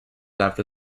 after